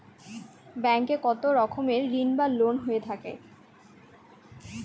Bank এ কত রকমের ঋণ বা লোন হয়ে থাকে?